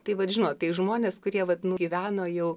tai vat žinot tai žmonės kurie vat nugyveno jau